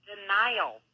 Denial